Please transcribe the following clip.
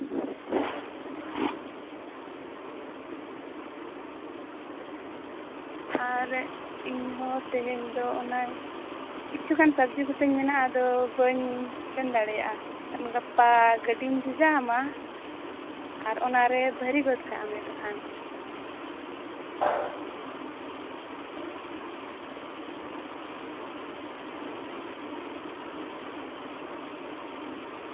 ᱟᱨ ᱤᱧ ᱦᱚᱸ ᱛᱮᱦᱮᱧ ᱫᱚ ᱚᱱᱟ ᱠᱤᱪᱷᱩᱜᱟᱱ ᱥᱚᱵᱡᱤ ᱠᱚᱛᱤᱧ ᱢᱮᱱᱟ ᱟᱫᱚ ᱵᱟᱹᱧ ᱥᱮᱱ ᱫᱟᱲᱮᱭᱟᱜᱼᱟ ᱢᱟᱱᱮ ᱜᱟᱯᱟ ᱜᱟᱹᱰᱤᱧ ᱵᱷᱮᱡᱟ ᱟᱢᱟ ᱟᱨ ᱚᱱᱟᱨᱮ ᱵᱷᱟᱹᱨᱤ ᱜᱚᱫ ᱠᱟᱜ ᱢᱮ ᱛᱚᱠᱷᱟᱱ